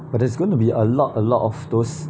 but there's gonna be a lot a lot of those